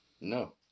No